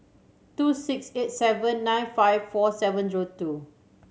two six eight seven nine five four seven zero two